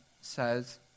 says